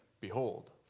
behold